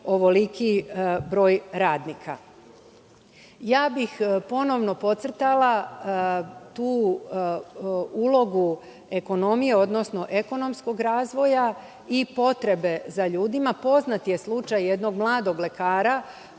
ovoliki broj radnika. Ja bih ponovo podcrtala tu ulogu ekonomije, odnosno ekonomskog razvoja i potrebe za ljudima. Poznat je slučaj jednog mladog lekara